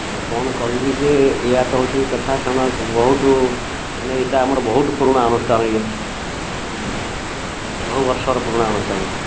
ଆଉ କ'ଣ କହିବି ଯେ ଏଇଆ ତ ହେଉଛି କଥା ବହୁତ ମାନେ ଏଇଟା ଆମର ବହୁତ ପୁରୁଣା ଅନୁଷ୍ଠାନ ଇଏ ବହୁବର୍ଷର ପୁରୁଣା ଅନୁଷ୍ଠାନ